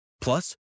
Plus